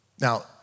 Now